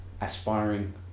aspiring